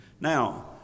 now